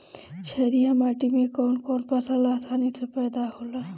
छारिया माटी मे कवन कवन फसल आसानी से पैदा होला?